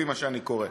לפי מה שאני קורא,